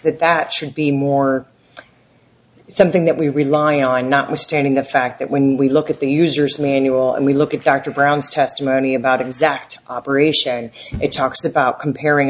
s that should be more it's something that we rely on notwithstanding the fact that when we look at the user's manual and we look at dr brown's testimony of that exact operation it talks about comparing